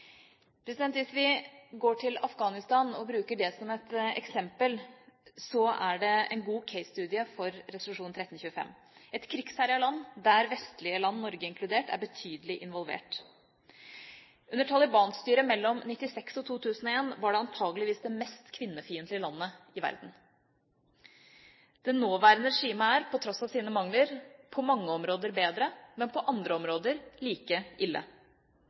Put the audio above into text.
Hvis vi går til Afghanistan og bruker det som et eksempel, er det en god case study for resolusjon 1325 – et krigsherjet land der vestlige land, Norge inkludert, er betydelig involvert. Under Taliban-styret mellom 1996 og 2001 var det antakeligvis det mest kvinnefiendtlige landet i verden. Det nåværende regimet er, på tross av sine mangler, på mange områder bedre, men på andre områder like ille.